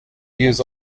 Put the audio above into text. views